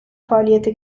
faaliyete